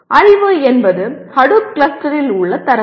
அறிவு என்பது ஹடூப் கிளஸ்டரில் உள்ள தரவு